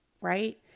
right